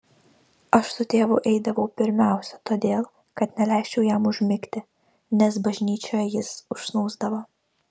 aš su tėvu eidavau pirmiausia todėl kad neleisčiau jam užmigti nes bažnyčioje jis užsnūsdavo